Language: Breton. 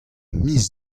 miz